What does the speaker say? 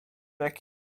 jak